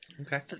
Okay